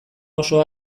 oso